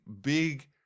big